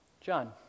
John